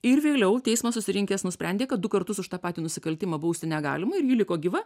ir vėliau teismas susirinkęs nusprendė kad du kartus už tą patį nusikaltimą bausti negalima ir ji liko gyva